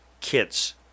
kits